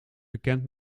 bekend